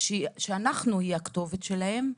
שאנחנו היא הכתובת שלהם,